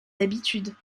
habitudes